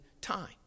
time